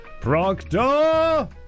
Proctor